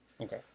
Okay